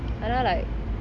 I don't know ah like